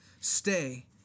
stay